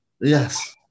Yes